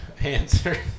answer